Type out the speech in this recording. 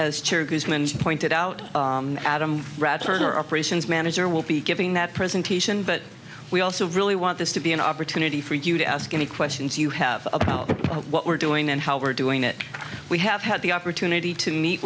of pointed out adam ratner operations manager will be giving that presentation but we also really want this to an opportunity for you to ask any questions you have about what we're doing and how we're doing it we have had the opportunity to meet